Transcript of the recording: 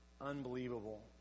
Unbelievable